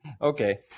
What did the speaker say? Okay